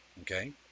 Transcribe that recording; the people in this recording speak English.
okay